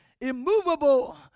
immovable